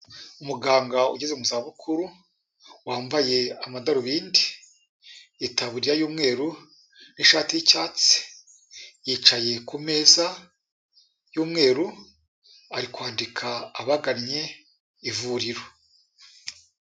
Umuganga ugeze mu za bukuru, wambaye amadarubindi, itaburiya y'umweru, n'ishati y'icyatsi, yicaye ku meza y'umweru ari kwandika abagannye ivuriro.